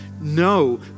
No